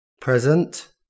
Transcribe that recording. present